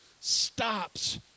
stops